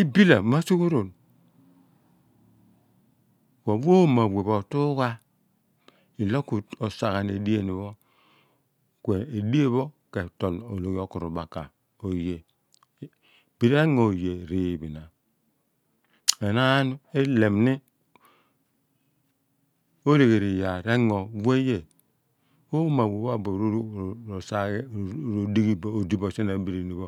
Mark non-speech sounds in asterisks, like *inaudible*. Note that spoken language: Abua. ibile ma suughu roo̱n kuo mo pho a wea pho otugha ilo ka sagha edea pho kue dien pho etoo̱l oku ru baka oye bin r'engo oye rii phina enaan *noise* elemi olegheri iyaar engo weaye kuomo pho a weh pho abue pho r'osaa ghi odi bo sien abirini pho.